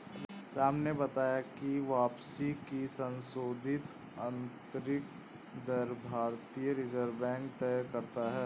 राम ने बताया की वापसी की संशोधित आंतरिक दर भारतीय रिजर्व बैंक तय करता है